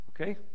Okay